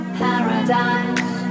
paradise